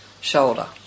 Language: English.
shoulder